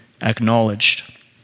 acknowledged